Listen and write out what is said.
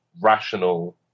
rational